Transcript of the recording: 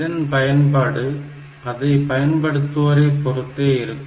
இதன் பயன்பாடு அதை பயன்படுத்துவோரை பொறுத்தே இருக்கும்